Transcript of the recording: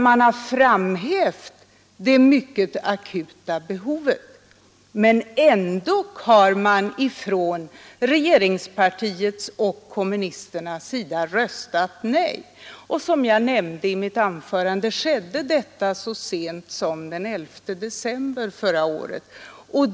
Vi har framhävt det mycket akuta behovet, men ändå har man från regeringspartiet och kommunisterna röstat nej. Och som jag nämnde i mitt anförande skedde detta så sent som den 11 december förra året.